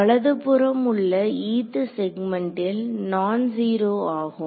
வலது புறம் உள்ள eth செக்மென்ட்டில் நான் ஜீரோ ஆகும்